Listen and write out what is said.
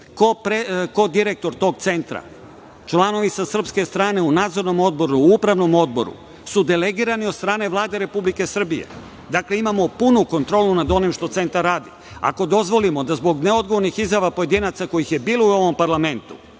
ko direktor tog centra, članovi sa srpske strane u nadzornom odboru, u upravnom odboru su delegirani od strane Vlade Republike Srbije. Dakle, imamo punu kontrolu nad onim što centar radi. Ako dozvolimo da zbog neodgovornih izjava pojedinaca, kojih je bilo u ovom parlamentu,